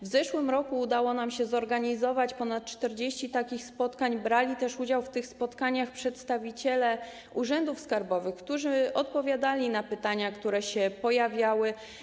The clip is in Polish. W zeszłym roku udało się nam zorganizować ponad 40 takich spotkań, brali udział w tych spotkaniach też przedstawiciele urzędów skarbowych, którzy odpowiadali na pytania, które się pojawiały.